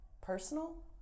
personal